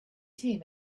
team